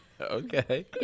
Okay